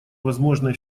возможные